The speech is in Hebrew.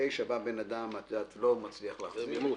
--- זה מימוש.